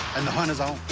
and the hunt is on.